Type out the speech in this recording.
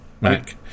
Mac